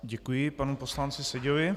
Děkuji panu poslanci Seďovi.